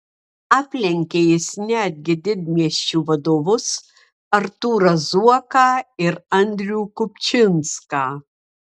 aplenkė jis netgi didmiesčių vadovus artūrą zuoką ir andrių kupčinską